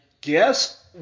guess